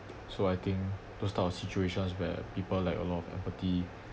so I think those type of situations where people lack a lot of empathy